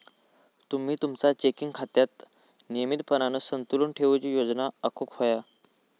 तुम्ही तुमचा चेकिंग खात्यात नियमितपणान संतुलन ठेवूची योजना आखुक व्हया